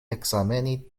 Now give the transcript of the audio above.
ekzameni